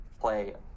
play